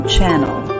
Channel